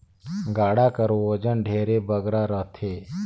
गाड़ा कर ओजन ढेरे बगरा रहथे